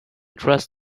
trust